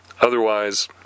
Otherwise